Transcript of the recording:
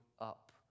up